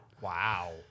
Wow